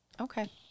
okay